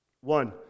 One